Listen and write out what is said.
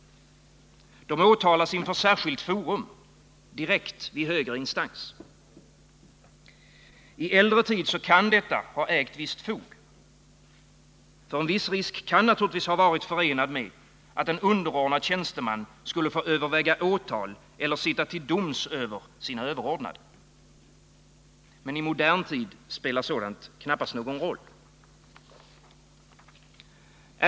De åtalas inför särskilt forum, direkt vid högre instans. I äldre tid kan detta ha ägt visst fog. En viss risk kan naturligtvis ha varit förenad med att en underordnad tjänsteman skulle få överväga åtal eller sitta till doms över sina överordnade. Men i modern tid spelar sådant knappast någon roll.